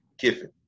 Kiffin